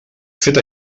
fet